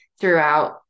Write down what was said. throughout